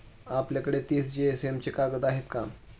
आपल्याकडे तीस जीएसएम चे कागद आहेत का?